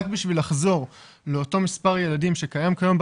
רק בשביל לחזור לאותו מספר ילדים שקיים כיום במערכת,